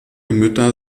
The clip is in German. mütter